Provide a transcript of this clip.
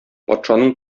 патшаның